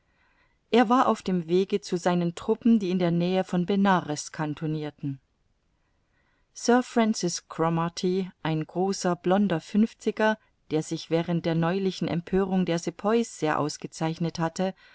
er war auf dem wege zu seinen truppen die in der nähe von benares cantonnirten sir francis cromarty ein großer blonder fünfziger der sich während der neulichen empörung der sepoys sehr ausgezeichnet hatte